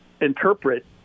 interpret